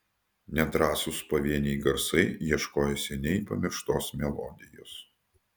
nedrąsūs pavieniai garsai ieškojo seniai pamirštos melodijos